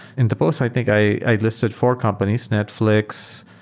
in the post i think i i listed four companies netfl ix,